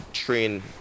train